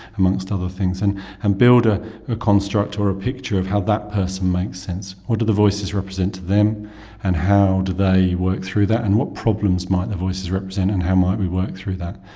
amongst other things, and and build ah a construct or a picture of how that person makes sense, what do the voices represent to them and how do they work through that, and what problems might the voices represent and how might we work through that.